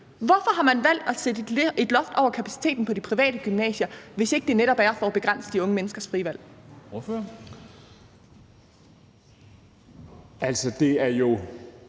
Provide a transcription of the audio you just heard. Hvorfor har man valgt at sætte et loft over kapaciteten på de private gymnasier, hvis ikke det netop er for at begrænse de unge menneskers frie valg? Kl. 10:42 Formanden